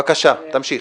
בבקשה, תמשיך.